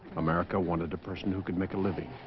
america wanted a person who could make a living